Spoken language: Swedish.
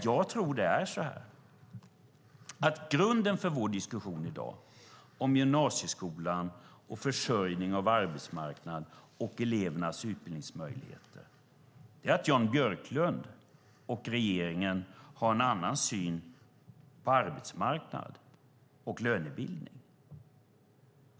Jag tror att grunden för vår diskussion i dag om gymnasieskolan, försörjning av arbetsmarknaden och elevernas utbildningsmöjligheter är att Jan Björklund och regeringen har en annan syn på arbetsmarknad och lönebildning.